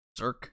Zerk